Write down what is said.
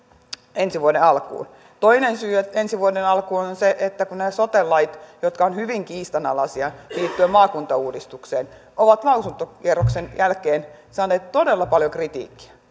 ensi vuoden alkuun toinen syy ensi vuoden alkuun on on se että kun nämä sote lait jotka ovat hyvin kiistanalaisia liittyen maakuntauudistukseen ovat lausuntokierroksen jälkeen saaneet todella paljon kritiikkiä